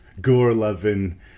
gore-loving